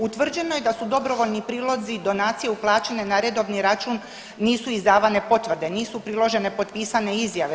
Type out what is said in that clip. Utvrđeno je da su dobrovoljni prilozi uplaćene na redovni račun, nisu izdavane potvrde, nisu priložene potpisane izjave.